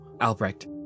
Albrecht